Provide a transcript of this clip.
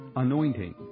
Anointing